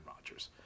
Rodgers